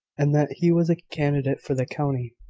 and that he was candidate for the county.